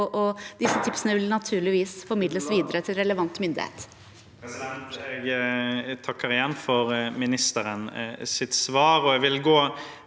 og de tipsene vil naturligvis formidles videre til relevant myndighet.